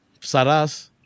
Saras